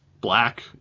black